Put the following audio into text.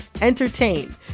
entertain